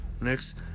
Next